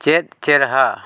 ᱪᱮᱫ ᱪᱮᱦᱨᱟ